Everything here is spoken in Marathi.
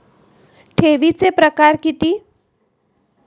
ठेवीचे प्रकार किती?